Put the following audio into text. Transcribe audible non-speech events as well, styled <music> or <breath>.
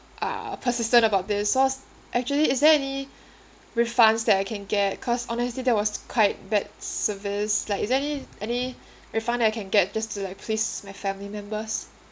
uh persistent about this so s~ actually is there any <breath> refunds that I can get because honestly that was quite bad service like is there any any <breath> refund I can get just to like please my family members